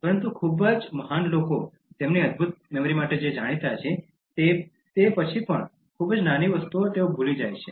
પરંતુ ખૂબ જ મહાન લોકો તેમની અદભૂત મેમરી માટે જાણીતા છે તે પછી પણ ખૂબ જ નાની વસ્તુઓ ભૂલી જાય છે